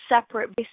separate